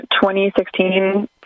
2016